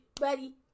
ready